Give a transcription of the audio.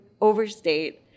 overstate